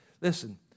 Listen